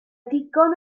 digon